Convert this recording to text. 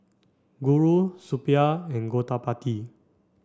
Guru Suppiah and Gottipati